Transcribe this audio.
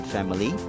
Family